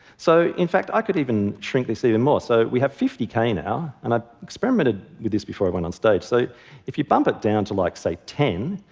so, in fact, i could even shrink this even more. so we have fifty k now. and i experimented with this before i went on stage. so if you bump it down to, like say, ten,